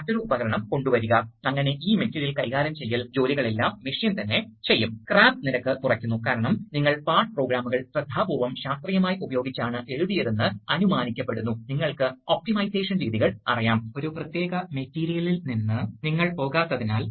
അതെ അത് കൃത്യമായി കാണിച്ചിരിക്കുന്നു അതിനാൽ നിങ്ങൾ ഈ മർദ്ദം എയും ഈ മർദ്ദം ബിയും തിരിച്ചറിയുന്നുവെന്ന് നിങ്ങൾക്കറിയാമല്ലോ തുടർന്ന് ഈ വാൽവ് ഓടിക്കാൻ ഉചിതമായ ഒരു യുക്തി ഉപയോഗിക്കേണ്ടതുണ്ട് അങ്ങനെ ഒരു നിശ്ചിത അളവിലുള്ള മർദ്ദം വികസിക്കുന്നു